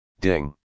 Ding